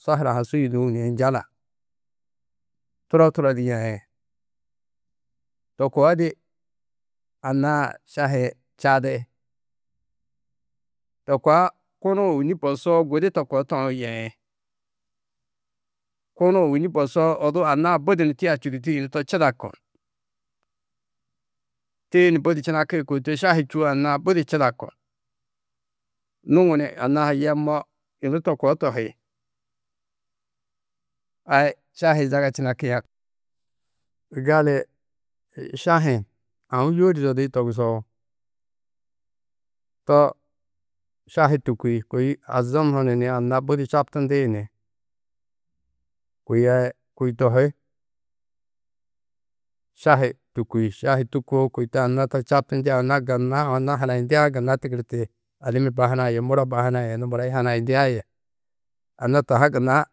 Suhura ha su yûduũ ni hunjala turo turo du yeĩ to koo di anna-ã šahi-ĩ čadi. To koa kunu ôwonni bosoo gudi to koo toũ yeĩ, kunu ôwonni bosoo odu anna-ã budi ni tia čûditi yunu to čidaku tii ni budi činaki koî to šahi čûwo anna-ã budi čidaku nuŊu ni anna-ã ha yemmo yunu to koo tohi. Ai šahi zaga činakĩ. Gali šahi-ĩ aũ yûodi zodi togusoo to šahi tûki kôi azum hunu ni anna budi čabtindi ni kôi ai kôi tohi šahi tûki šahi tûkoo kôi to anna-ã taa čabtindĩ anna-ã gunna anna hanayindiã gunna tigirti adimmi ba hunã yê muro ba hunã yê yunu muro hi hanayindia yê anna taa ha gunna